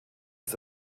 ist